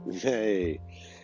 Hey